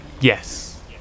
Yes